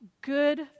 good